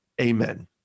Amen